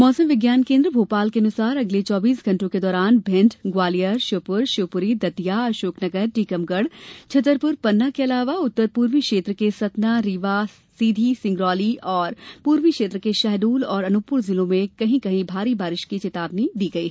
मौसम विज्ञान केन्द्र भोपाल के अनुसार अगले चौबीस घंटों के दौरान भिंड ग्वालियर श्योपुर शिवपुरी दतिया अशोकनगर टीकमगढ छतरपुर पन्ना के अलावा उत्तर पूर्वी क्षेत्र के सतना रीवा सीधी सिंगरौली तथा पूर्वी क्षेत्र के शहडोल और अनूपपुर जिलों की कहीं कहीं भारी बारिश की चेतावनी जारी की गयी